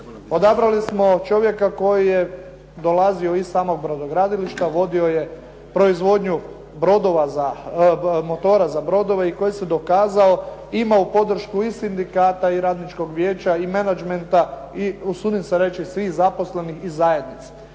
Odabrali smo čovjeka koji je dolazio iz samog brodogradilišta. Vodio je proizvodnju motora za brodove i koji se dokazao, imao podršku i sindikata i radničkog vijeća, i menegmenta, i usudim se reći i svih zaposlenih iz zajednice.